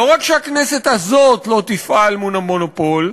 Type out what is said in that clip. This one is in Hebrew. לא רק שהכנסת הזאת לא תפעל מול המונופול,